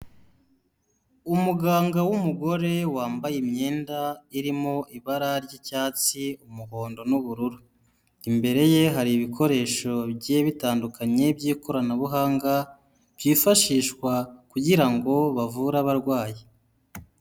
Umuganga w'umugore wambaye imyenda irimo ibara ry'icyatsi, umuhondo n'ubururu, imbere ye hari ibikoresho bigiye bitandukanye by'ikoranabuhanga byifashishwa kugira ngo bavure abarwayi.